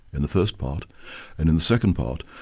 in the first part and in the second part,